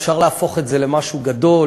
אפשר להפוך את זה למשהו גדול,